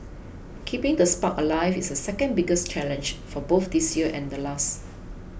keeping the spark alive is the second biggest challenge for both this year and last